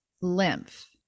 lymph